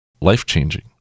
life-changing